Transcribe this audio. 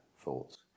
thoughts